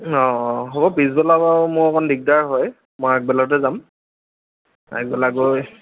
অঁ অঁ হ'ব পিছবেলা বাৰু মোৰ অকণ দিগদাৰ হয় মই আগবেলাতে যাম আগবেলা গৈ